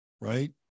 right